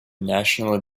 national